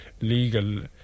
legal